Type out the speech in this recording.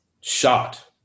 Shot